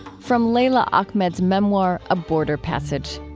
from leila ahmed's memoir, a border passage